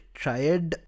triad